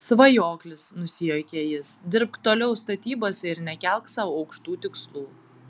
svajoklis nusijuokia jis dirbk toliau statybose ir nekelk sau aukštų tikslų